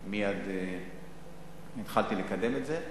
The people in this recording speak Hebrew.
התחלתי מייד לקדם את זה.